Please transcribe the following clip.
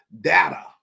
data